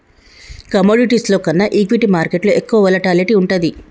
కమోడిటీస్లో కన్నా ఈక్విటీ మార్కెట్టులో ఎక్కువ వోలటాలిటీ వుంటది